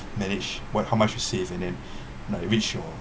manage what how much you save and then like reach your